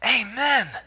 amen